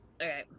Okay